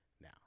now